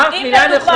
אם, למשל,